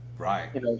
Right